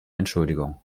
entschuldigung